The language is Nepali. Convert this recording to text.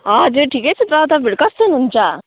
हजुर ठिकै छु त तपाईँहरू कस्तो हुनुहुन्छ